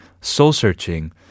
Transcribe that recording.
soul-searching